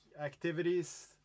activities